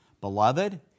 Beloved